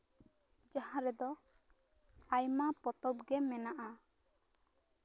ᱡᱟᱦᱟᱸ ᱨᱮᱫᱚ ᱟᱭᱢᱟ ᱯᱚᱛᱚᱵ ᱜᱮ ᱢᱮᱱᱟᱜᱼᱟ